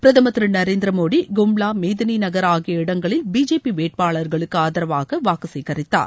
பிரதமர் திரு நரேந்திர மோடி கும்முளா மேதினி நகர் ஆகிய இடங்களில் பிஜேபி வேட்பாளர்களுக்கு ஆதரவாக வாக்கு சேகரித்தார்